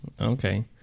okay